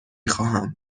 خواهم